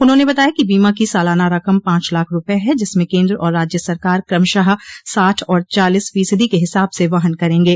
उन्होंने बताया कि बीमा की सालाना रकम पांच लाख रूपये है जिसमें केन्द्र और राज्य सरकार क्रमशः साठ और चालीस फीसदी के हिसाब से वहन करेंगे